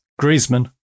Griezmann